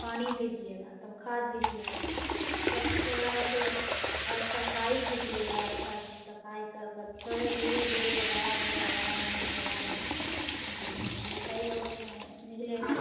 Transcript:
पानी दीजिएगा तब खाद दीजिएगा तब थोड़ा उसे और सफाई कीजिएगा अच्छा से सफाई कर कर थोड़े धीरे धीरे बड़ा होगा बड़ा होने के बाद मकई और उसमें निकलेगा